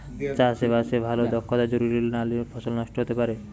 চাষে বাসে ভালো দক্ষতা জরুরি নালে ফসল নষ্ট হতে পারে